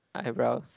my eyebrows